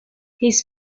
his